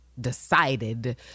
decided